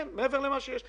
כן, מעבר למה שיש.